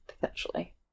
potentially